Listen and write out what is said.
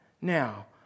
now